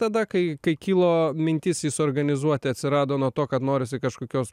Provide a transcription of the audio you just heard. tada kai kai kilo mintis jį suorganizuoti atsirado nuo to kad norisi kažkokios